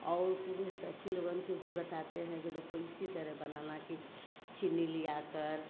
और को भी सखी लोगन के भी बताते हैं कि देखो इसी तरह बनाना कि चीनी लियाकर